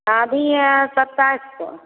अभी है सत्ताईस सौ